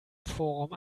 forum